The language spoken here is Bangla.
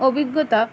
অভিজ্ঞতা